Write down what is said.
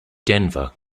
denver